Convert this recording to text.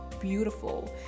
beautiful